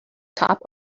top